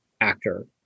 actor